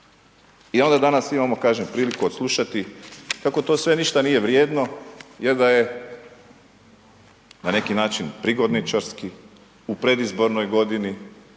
i onda danas imamo, kažem, priliku odslušati kako to sve ništa nije vrijedno, jer da je, na neki način prigodničarski, u pred izbornoj godini,